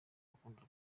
rukundo